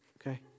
okay